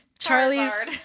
Charlie's